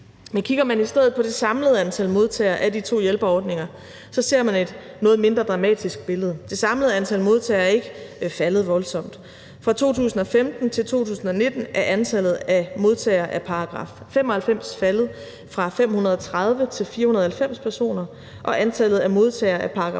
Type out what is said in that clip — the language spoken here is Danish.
Men kigger man i stedet på det samlede antal modtagere af de to hjælperordninger, så ser man et noget mindre dramatisk billede. Det samlede antal modtagere er ikke faldet voldsomt. Fra 2015 til 2019 er antallet af modtagere af § 95 faldet fra 530 til 490 personer, og antallet af modtagere af §